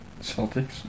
Celtics